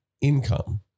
income